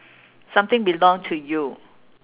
something belong to you